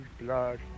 blood